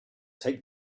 take